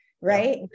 right